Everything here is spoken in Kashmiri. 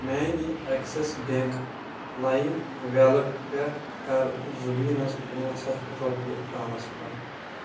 میانہِ ایٚکسِس بیٚنٛک لایِم ویلٹ پٮ۪ٹھ کر زُبیٖنس پانٛژھ ہتھ رۄپیہِ ٹرانسفر